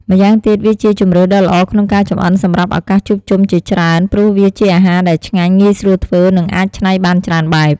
ម្យ៉ាងទៀត វាជាជម្រើសដ៏ល្អក្នុងការចម្អិនសម្រាប់ឱកាសជួបជុំជាច្រើន ព្រោះវាជាអាហារដែលឆ្ងាញ់ ងាយស្រួលធ្វើ និងអាចច្នៃបានច្រើនបែប។